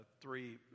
three